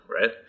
right